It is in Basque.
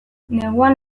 neguan